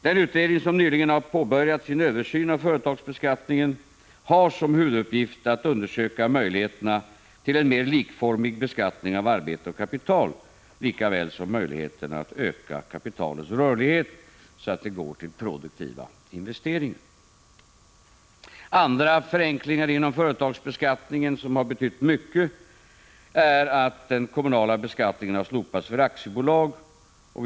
Den utredning som nu nyligen har påbörjat sin översyn av företagsbeskattningen har som huvuduppgift att undersöka möjligheterna till en mer likformig beskattning av arbete och kapital lika väl som möjligheterna att öka kapitalets rörlighet så att det går till produktiva investeringar. Andra förenklingar inom företagsbeskattningen som har betytt mycket är att den kommunala beskattningen för aktiebolag har slopats.